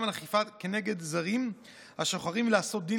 גם על אכיפה נגד זרים השוחרים לעשות דין